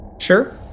Sure